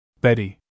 Betty